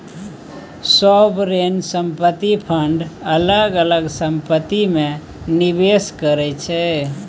sovereign संपत्ति fund अलग अलग संपत्ति मे निबेस करै छै